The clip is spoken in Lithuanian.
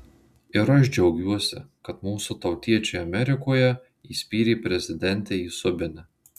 ir aš džiaugiuosi kad mūsų tautiečiai amerikoje įspyrė prezidentei į subinę